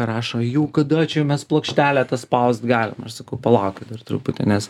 rašo jau kada čia mes plokštelę tą spaust galim aš sakau palaukit dar truputį nes